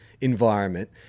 environment